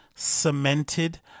cemented